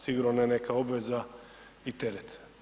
Sigurno ne neka obveza i teret.